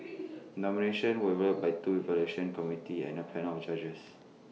nominations were evaluated by two evaluation committees and A panel of judges